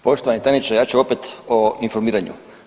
Poštovani tajniče, ja ću opet o informiranju.